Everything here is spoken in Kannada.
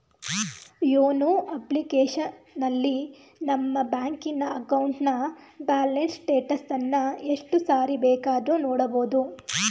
ಯೋನೋ ಅಪ್ಲಿಕೇಶನಲ್ಲಿ ನಮ್ಮ ಬ್ಯಾಂಕಿನ ಅಕೌಂಟ್ನ ಬ್ಯಾಲೆನ್ಸ್ ಸ್ಟೇಟಸನ್ನ ಎಷ್ಟು ಸಾರಿ ಬೇಕಾದ್ರೂ ನೋಡಬೋದು